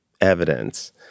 evidence